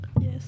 Yes